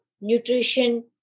nutrition